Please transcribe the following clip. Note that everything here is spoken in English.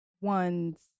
one's